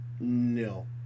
No